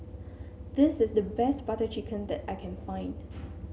this is the best Butter Chicken that I can find